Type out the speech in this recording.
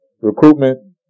recruitment